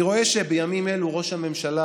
אני רואה שבימים אלו ראש הממשלה